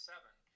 Seven